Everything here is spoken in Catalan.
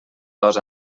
dos